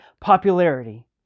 popularity